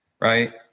Right